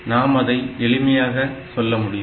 நாம் அதை எளிமையாக சொல்ல முடியும்